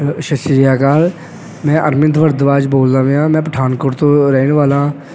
ਸਤਿ ਸ਼੍ਰੀ ਅਕਾਲ ਮੈਂ ਅਰਵਿੰਦ ਭਾਰਦਵਾਜ ਬੋਲਦਾ ਪਿਆ ਮੈਂ ਪਠਾਨਕੋਟ ਤੋਂ ਰਹਿਣ ਵਾਲਾ